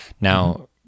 Now